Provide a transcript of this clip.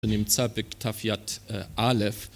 נמצא בכתב יד "אלף"